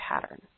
pattern